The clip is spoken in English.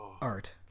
art